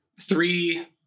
three